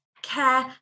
care